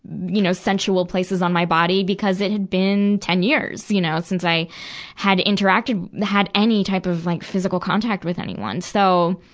you know sensual places on my body, because it had been ten years, you know, since i had interacted, had any type of like physical contact with anyone. so,